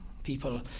People